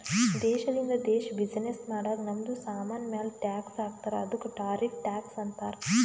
ದೇಶದಿಂದ ದೇಶ್ ಬಿಸಿನ್ನೆಸ್ ಮಾಡಾಗ್ ನಮ್ದು ಸಾಮಾನ್ ಮ್ಯಾಲ ಟ್ಯಾಕ್ಸ್ ಹಾಕ್ತಾರ್ ಅದ್ದುಕ ಟಾರಿಫ್ ಟ್ಯಾಕ್ಸ್ ಅಂತಾರ್